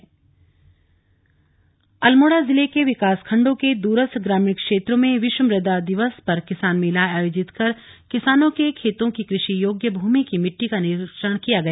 विश्व मृदा दिवस अल्मोड़ा जिले के विकास खण्डों के दूरस्थ ग्रामीण क्षेत्रों में विश्व मृदा दिवस पर किसान मेला आयोजित कर किसानों के खेतों की कृषि योग्य भूमि की मिट्टी का परीक्षण किया गया